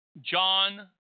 John